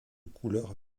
couleur